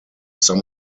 some